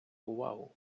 увагу